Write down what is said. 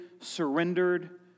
surrendered